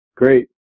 Great